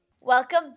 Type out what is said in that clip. Welcome